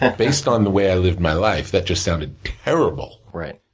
and based on the way i live my life, that just sounded terrible. right.